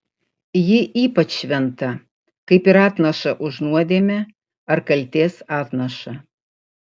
ji ypač šventa kaip ir atnaša už nuodėmę ar kaltės atnaša